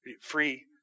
Free